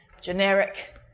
generic